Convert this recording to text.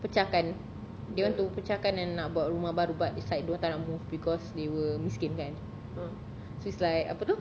pecahkan they want to pecahkan and nak buat rumah baru but it's like dia orang tak nak move because they were miskin kan so it's like apa tu